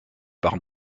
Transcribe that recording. par